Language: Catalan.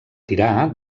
tirà